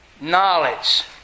knowledge